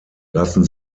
lassen